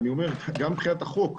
גם מבחינת החוק,